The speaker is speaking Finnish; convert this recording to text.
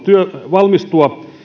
valmistautua